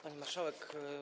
Pani Marszałek!